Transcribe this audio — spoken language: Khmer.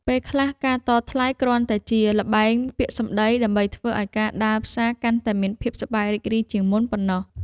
ពេលខ្លះការតថ្លៃគ្រាន់តែជាល្បែងពាក្យសម្ដីដើម្បីធ្វើឱ្យការដើរផ្សារកាន់តែមានភាពសប្បាយរីករាយជាងមុនប៉ុណ្ណោះ។